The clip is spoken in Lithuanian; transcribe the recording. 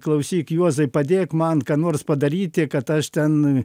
klausyk juozai padėk man ką nors padaryti kad aš ten